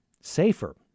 safer